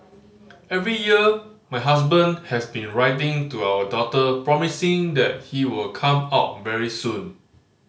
every year my husband has been writing to our daughter promising that he will come out very soon